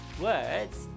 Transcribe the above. words